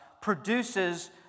produces